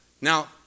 Now